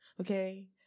okay